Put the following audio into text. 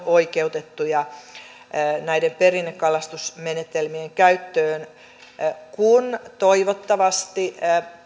oikeutettuja näiden perinnekalastusmenetelmien käyttöön kun toivottavasti